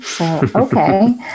Okay